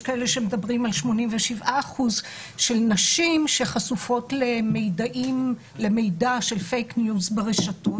כאלה שמדברים על 87% של נשים שחשופות למידע של "פייק ניוז" ברשתות,